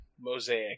mosaic